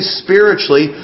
spiritually